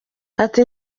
ati